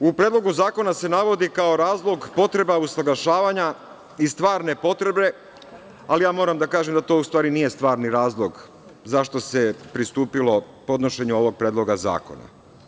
U Predlogu zakona se navodi kao razlog potreba usaglašavanja i stvarne potrebe, ali ja moram da kažem da to u stvari nije stvarni razlog zašto se pristupilo podnošenju ovog predloga zakona.